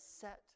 set